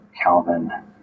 Calvin